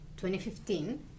2015